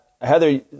Heather